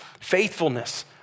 faithfulness